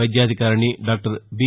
వైద్యాధికారిణి డాక్టం బీ